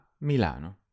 Milano